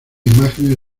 imágenes